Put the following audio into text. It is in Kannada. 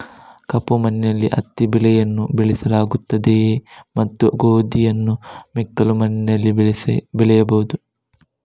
ಕಪ್ಪು ಮಣ್ಣಿನಲ್ಲಿ ಹತ್ತಿ ಬೆಳೆಯನ್ನು ಬೆಳೆಸಲಾಗುತ್ತದೆಯೇ ಮತ್ತು ಗೋಧಿಯನ್ನು ಮೆಕ್ಕಲು ಮಣ್ಣಿನಲ್ಲಿ ಬೆಳೆಯಬಹುದೇ?